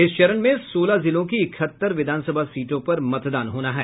इस चरण में सोलह जिलों के इकहत्तर विधानसभा सीटों पर मतदान होना है